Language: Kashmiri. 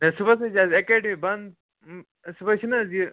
ہے صُبحَس حظ اَسہِ اٮ۪کاڈمی بنٛد صُبحَس چھِنہٕ حظ یہِ